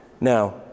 Now